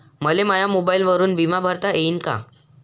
मले माया मोबाईलवरून बिमा भरता येईन का?